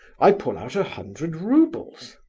i pull out a hundred roubles.